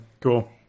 cool